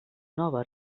nova